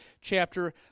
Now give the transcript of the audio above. chapter